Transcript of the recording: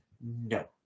no